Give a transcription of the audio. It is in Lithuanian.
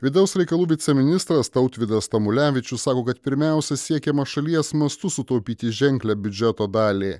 vidaus reikalų viceministras tautvydas tamulevičius sako kad pirmiausia siekiama šalies mastu sutaupyti ženklią biudžeto dalį